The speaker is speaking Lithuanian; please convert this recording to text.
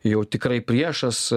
jau tikrai priešas